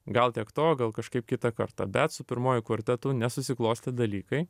gal tiek to gal kažkaip kitą kartą bet su pirmuoju kvartetu nesusiklostė dalykai